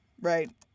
right